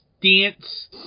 dance